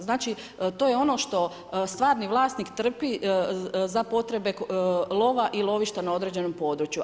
Znači to je ono što stvarni vlasnik trpi za potrebe lova i lovišta na određenom području.